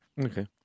Okay